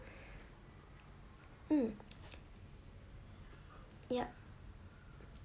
mm yup